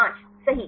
5 सही